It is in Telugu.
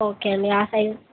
ఓకే అండి ఆ సైజ్